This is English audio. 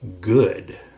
good